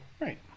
Right